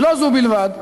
ולא זו בלבד,